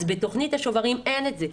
אז בתכנית השוברים אין את זה,